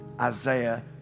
Isaiah